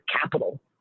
capital